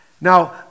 Now